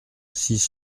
six